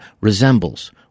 resembles